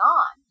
on